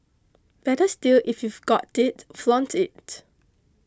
better still if we've got it flaunt it